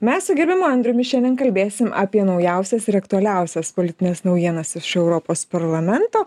mes su gerbiamu andriumi šiandien kalbėsim apie naujausias ir aktualiausias politines naujienas iš europos parlamento